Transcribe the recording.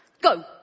Go